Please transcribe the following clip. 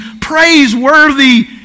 praiseworthy